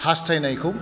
हास्थायनायखौ